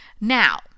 Now